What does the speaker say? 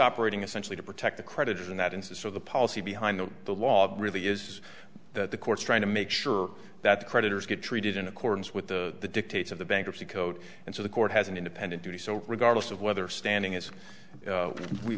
operating essentially to protect the creditors in that instance are the policy behind the law really is that the courts trying to make sure that the creditors get treated in accordance with the the dictates of the bankruptcy code and so the court has an independent duty so regardless of whether standing as